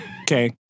Okay